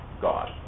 God